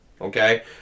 Okay